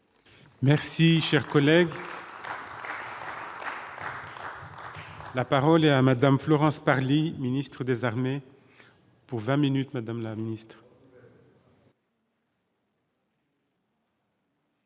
Merci, cher collègue. La parole est à Madame Florence Parly ministre des Armées pour 20Minutes Madame la Ministre.